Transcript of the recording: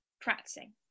practicing